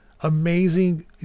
amazing